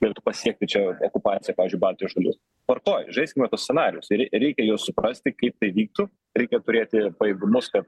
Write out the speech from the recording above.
galėtų pasiekti čia okupacija pavyzdžiui baltijos šalis tvarkoj žaiskime tuos scenarijus reikia juos suprasti kaip tai vyktų reikia turėti pajėgumus kad